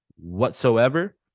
whatsoever